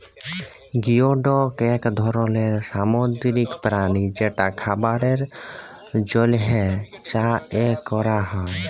geoduck এক ধরলের সামুদ্রিক প্রাণী যেটা খাবারের জন্হে চাএ ক্যরা হ্যয়ে